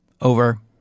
over